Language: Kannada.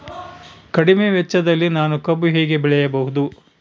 ಕಡಿಮೆ ವೆಚ್ಚದಲ್ಲಿ ನಾನು ಕಬ್ಬು ಹೇಗೆ ಬೆಳೆಯಬಹುದು?